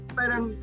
parang